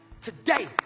Today